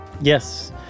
Yes